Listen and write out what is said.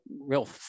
real